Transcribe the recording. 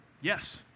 Yes